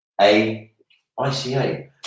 A-I-C-A